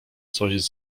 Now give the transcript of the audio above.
coś